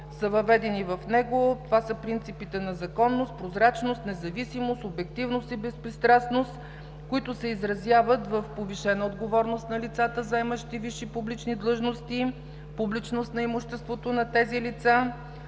въведени в него – принципите на законност, прозрачност, независимост, обективност и безпристрастност, които се изразяват в повишена отговорност на лицата, заемащи висши публични длъжности, публичност на имуществото на тези лица,